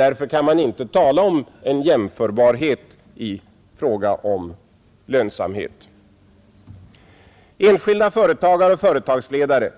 Därför kan man inte tala om en jämförbarhet i fråga om lönsamheten. Enskilda företagare och företagsledare